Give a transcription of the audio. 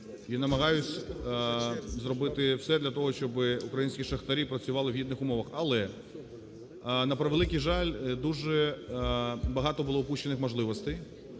і намагаюсь зробити все для того, щоб українські шахтарі працювали в гідних умовах. Але, на превеликий жаль, дуже багато було упущено можливостей.